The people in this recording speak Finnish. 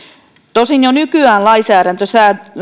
tosin jo nykyään lainsäädäntö